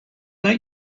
make